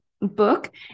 book